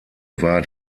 war